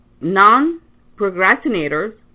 Non-procrastinators